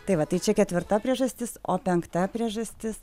tai vat tai čia ketvirta priežastis o penkta priežastis